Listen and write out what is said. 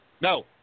No